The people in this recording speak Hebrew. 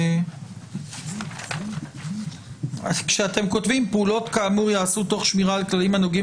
אתם כותבים "פעולות כאמור ייעשו תוך שמירה על כללים הנוגעים